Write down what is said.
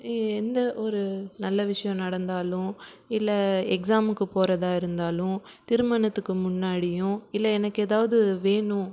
எந்த ஒரு நல்ல விஷயம் நடந்தாலும் இல்லை எக்ஸாமுக்கு போகிறதா இருந்தாலும் திருமணத்துக்கு முன்னாடியும் இல்லை எனக்கு எதாவது வேணும்